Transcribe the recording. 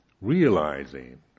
realizing